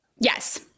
Yes